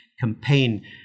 campaign